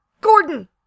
Gordon